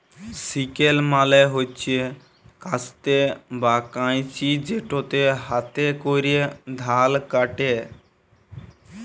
sickle মালে হছে কাস্তে বা কাঁইচি যেটতে হাতে ক্যরে ধাল ক্যাটে